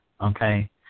okay